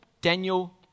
Daniel